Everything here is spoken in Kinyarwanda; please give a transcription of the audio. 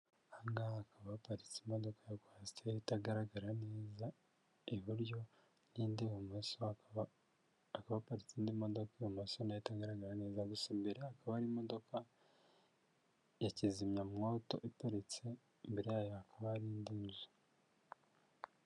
Aha ngaha hakaba haparitse imodoka ya kwasiteri itagaragara neza, iburyo n'indi ibumoso hakaba akaparitse indi modoka ibumoso nayo itaganiriza gusa. Imbere hakaba hari imodoka ya kizimyamwoto iparitse, imbere yayo hakaba hari indi nzu.